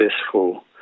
successful